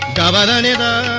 da da da da da